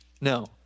no